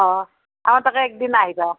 অঁ আমাৰ তাতে এদিন আহিবা